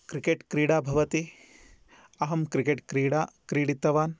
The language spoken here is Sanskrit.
क्रिकेट् क्रीडा भवति अहं क्रिकेट् क्रीडा क्रीडितवान्